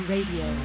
Radio